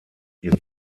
ihr